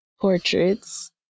portraits